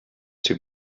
too